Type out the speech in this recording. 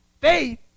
faith